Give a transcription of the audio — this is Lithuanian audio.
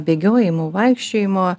bėgiojimų vaikščiojimo